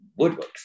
woodworks